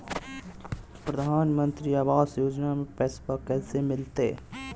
प्रधानमंत्री आवास योजना में पैसबा कैसे मिलते?